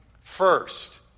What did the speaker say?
First